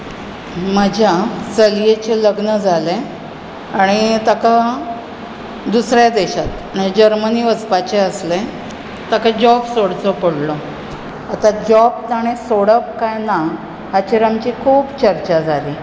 म्हाज्या चलयेचें लग्न जालें आनी ताका दुसऱ्या देशांत जर्मनी वचपाचें आसलें ताका जोब सोडचो पडलो आतां जोब ताणें सोडप कांय ना हाचेर आमची खूब चर्चा जाली